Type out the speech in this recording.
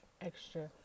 extra